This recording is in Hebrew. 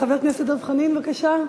חבר הכנסת דב חנין, בבקשה.